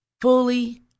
fully